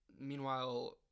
meanwhile